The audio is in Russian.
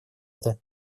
это